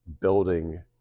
building